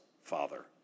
Father